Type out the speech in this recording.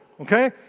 okay